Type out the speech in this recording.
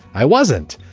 i wasn't.